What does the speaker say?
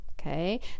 okay